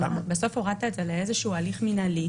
בסוף הורדת את זה לאיזה שהוא הליך מנהלי.